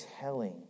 telling